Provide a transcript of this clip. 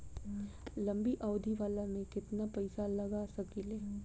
लंबी अवधि वाला में केतना पइसा लगा सकिले?